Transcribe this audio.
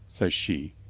says she,